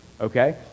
Okay